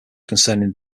concerning